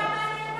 אקשן.